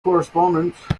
correspondence